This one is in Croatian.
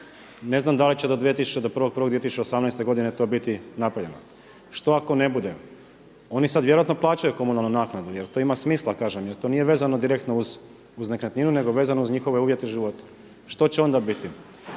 Ne znam da li će do 1.1.2018. godine to biti napravljeno. Što ako ne bude? Oni vjerojatno sada plaćaju komunalnu naknadu jer to ima smisla kažem, jer to nije vezano direktno uz nekretninu nego je vezano uz njihove uvjete života. Što će onda biti?